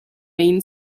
main